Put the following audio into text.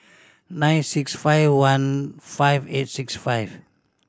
nine six five one five eight six five